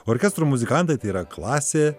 orkestro muzikantai tai yra klasė